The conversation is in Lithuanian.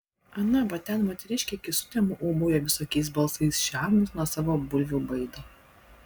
ana va ten moteriškė iki sutemų ūbauja visokiais balsais šernus nuo savo bulvių baido